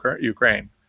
Ukraine